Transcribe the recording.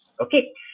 Okay